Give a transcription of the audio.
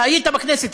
אתה היית בכנסת,